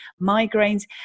migraines